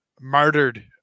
martyred